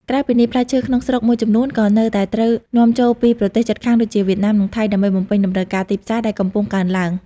ក្រៅពីនេះ ផ្លែឈើក្នុងស្រុកមួយចំនួនក៏នៅតែត្រូវនាំចូលពីប្រទេសជិតខាងដូចជា វៀតណាម និងថៃ ដើម្បីបំពេញតម្រូវការទីផ្សារដែលកំពុងកើនឡើង។